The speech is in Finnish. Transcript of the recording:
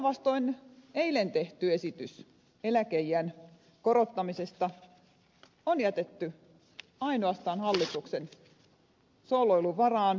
sitä vastoin eilen tehty esitys eläkeiän korottamisesta on jätetty ainoastaan hallituksen sooloilun varaan